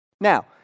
Now